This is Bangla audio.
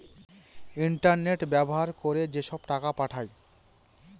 ইন্টারনেট ব্যবহার করে যেসব টাকা পাঠায়